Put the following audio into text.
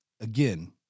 Again